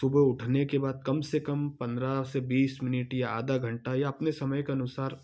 सुबह उठने के बाद कम से कम पंद्रह से बीस मिनट या आधा घंटा या अपने समय के अनुसार